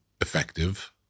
effective